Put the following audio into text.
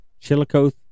Chillicothe